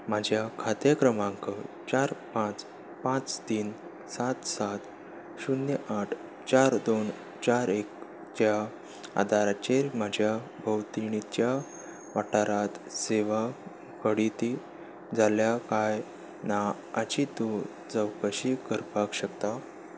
म्हज्या खातें क्रमांक चार पांच पांच तीन सात सात शुन्य आठ चार दोन चार एकच्या आदाराचेर म्हज्या भोंवतणीच्या वाठारांत सेवा घडीत जाल्या काय ना हाची तूं चवकशी करपाक शकता